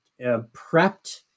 prepped